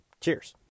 Cheers